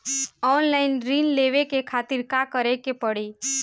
Online ऋण लेवे के खातिर का करे के पड़ी?